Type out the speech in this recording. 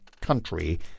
country